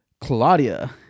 Claudia